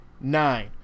nine